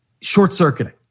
short-circuiting